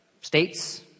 States